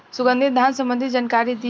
सुगंधित धान संबंधित जानकारी दी?